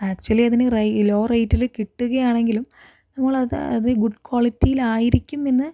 actually അതിന് വളരെ low റേറ്റിൽ കിട്ടുകയാണെങ്കിലും നമ്മളത് അത് ഗുഡ് ക്വാളിറ്റിയിലായിരിക്കും എന്ന്